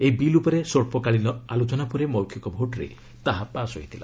ଏହି ବିଲ୍ ଉପରେ ସ୍ୱଚ୍ଚକାଳୀନ ଆଲୋଚନା ପରେ ମୌଖିକ ଭୋଟ୍ରେ ତାହା ପାସ୍ ହୋଇଥିଲା